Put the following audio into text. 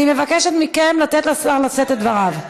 אני מבקשת מכם לתת לשר לשאת את דבריו.